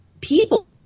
people